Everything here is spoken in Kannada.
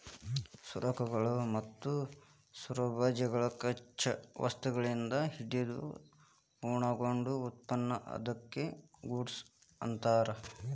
ಸರಕುಗಳು ಮತ್ತು ಸರಬರಾಜುಗಳು ಕಚ್ಚಾ ವಸ್ತುಗಳಿಂದ ಹಿಡಿದು ಪೂರ್ಣಗೊಂಡ ಉತ್ಪನ್ನ ಅದ್ಕ್ಕ ಗೂಡ್ಸ್ ಅನ್ತಾರ